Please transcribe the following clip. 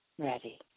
Ready